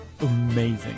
amazing